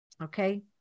Okay